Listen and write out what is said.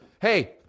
Hey